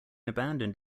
abandoned